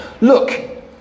look